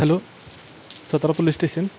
hello Satara police station